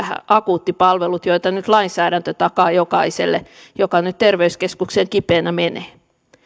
akuuttipalveluihin joita nyt lainsäädäntö takaa jokaiselle joka terveyskeskukseen kipeänä menee